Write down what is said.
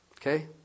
Okay